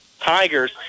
Tigers